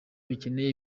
bikeneye